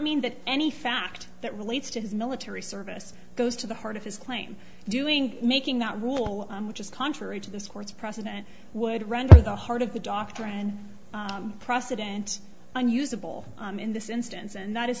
mean that any fact that relates to his military service goes to the heart of his claim doing making that rule which is contrary to this court's president would render the heart of the doctrine and precedent unusable in this instance and that is